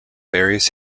various